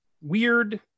weird